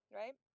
right